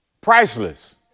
priceless